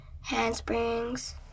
handsprings